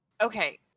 Okay